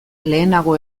lehenago